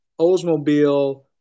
Oldsmobile